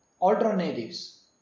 alternatives